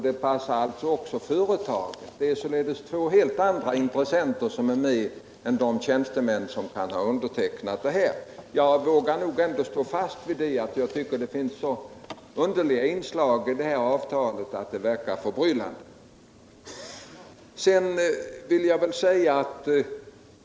Det är alltså fråga om två andra intressenter än de tjänstemän som kan ha undertecknat det här avtalet. Jag vågar stå fast vid milt påstående att det finns underliga inslag i detta avtal.